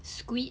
squid